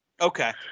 Okay